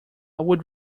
would